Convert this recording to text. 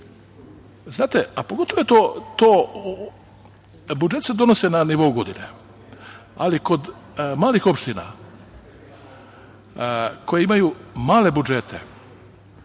praksa. Znate, pogotovo je to, budžet se donosi na nivou godine, ali kod malih opština koje imaju male budžete,